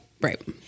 Right